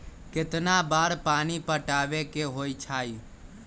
कितना बार पानी पटावे के होई छाई?